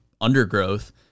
undergrowth